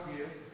כמה הוא גייס?